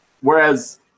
Whereas